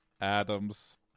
Adam's